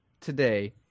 today